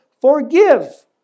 forgive